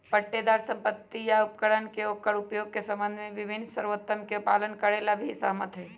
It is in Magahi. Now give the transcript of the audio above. पट्टेदार संपत्ति या उपकरण के ओकर उपयोग के संबंध में विभिन्न शर्तोवन के पालन करे ला भी सहमत हई